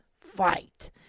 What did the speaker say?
fight